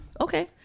okay